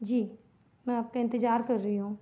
जी मैं आपका इंतज़ार कर रही हूँ